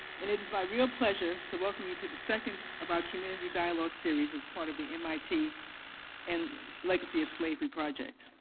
and it is my real pleasure to welcome you to the second of our community dialogue series as part of the mit and legacy of slavery project.